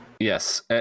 Yes